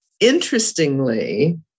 interestingly